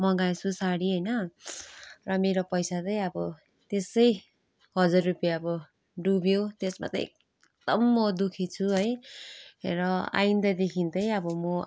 मगाएछु sorry होइन र मेरो पैसा चाहिँ अब त्यसै हजार रुपियाँ अब डुब्यो त्यस्मा त एकदम म दुःखी छु है र आइन्दादेखिन् चाहिँ अब म